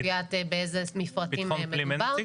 קביעת באיזה מפרטים מדובר,